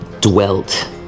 dwelt